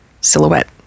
silhouette